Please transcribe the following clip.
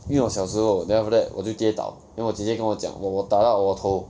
因为我小时候 then after that 我就跌倒 then 我姐姐跟我讲我我打到我头